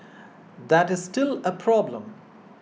that is still a problem